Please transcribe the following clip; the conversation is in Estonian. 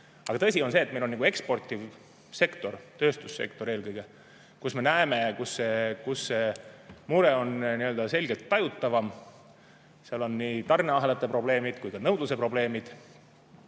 Aga tõsi on see, et meil on eksportiv sektor, eelkõige tööstussektor, kus me näeme, et see mure on selgelt tajutav. Seal on nii tarneahelate probleemid kui ka nõudluse probleemid,